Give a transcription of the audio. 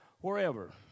wherever